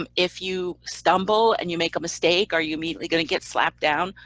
um if you stumble and you make a mistake, are you immediately going to get slapped down?